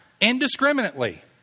indiscriminately